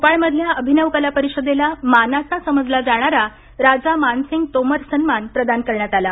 भोपाळमधल्या अभिनव कला परिषदेला मानाचा समजला जाणारा राजा मानसिंग तोमर सन्मान प्रदान करण्यात आला